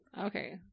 Okay